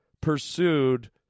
pursued